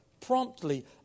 promptly